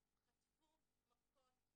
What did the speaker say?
חטפו מכות,